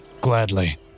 Gladly